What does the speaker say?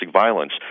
violence